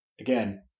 Again